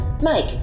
Mike